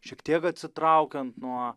šiek tiek atsitraukiant nuo